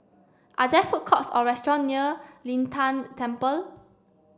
are there food courts or restaurant near Lin Tan Temple